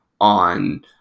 on